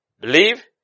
believe